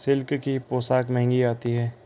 silk की पोशाक महंगी आती है